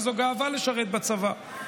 זו גאווה לשרת בצבא.